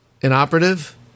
inoperative